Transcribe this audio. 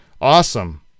awesome